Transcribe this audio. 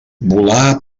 volà